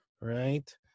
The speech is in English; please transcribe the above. right